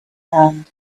hand